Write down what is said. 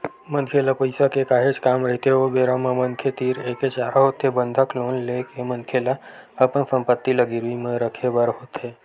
मनखे ल पइसा के काहेच काम रहिथे ओ बेरा म मनखे तीर एके चारा होथे बंधक लोन ले के मनखे ल अपन संपत्ति ल गिरवी म रखे बर होथे